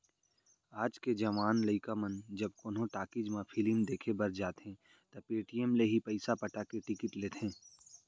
आज के जवान लइका मन जब कोनो टाकिज म फिलिम देखे बर जाथें त पेटीएम ले ही पइसा पटा के टिकिट लेथें